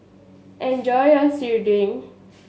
enjoy your serunding